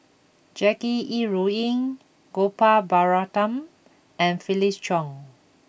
Jackie Yi Ru Ying Gopal Baratham and Felix Cheong